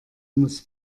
muss